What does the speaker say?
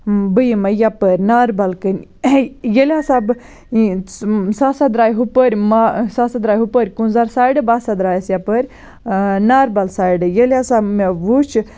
بہٕ یِمے یَپٲرۍ ناربل کِنۍ ییٚلہِ ہَسا بہٕ سۄ ہَسا درایہِ ہُپٲرۍ ما سۄ ہَسا دراے ہُپٲرۍ کُنٛزَر سایڈٕ بہٕ ہَسا درایَس یَپٲر ناربَل سایڈٕ ییٚلہِ ہَسا مےٚ وٕچھ